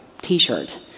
T-shirt